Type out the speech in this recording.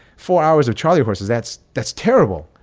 four hours of charlie horses. that's that's terrible.